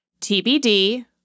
tbd